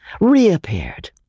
reappeared